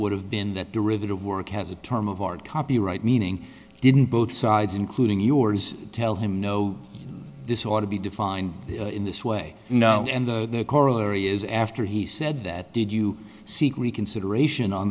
would have been that derivative work has a term of art copyright meaning didn't both sides including yours tell him no this ought to be defined in this way and the corollary is after he said that did you seek reconsideration on